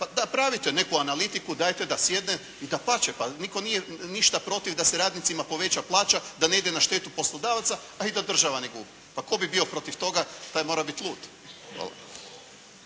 Napravite neku analitiku, dajte da sjedne i dapače, pa nitko nije ništa protiv da se radnicima poveća plaća da ne ide na štetu poslodavaca, a i da država ne gubi. Pa tko bi bio protiv toga, taj mora biti lud.